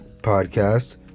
podcast